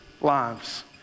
lives